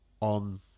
on